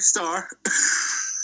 Star